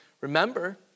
remember